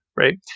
right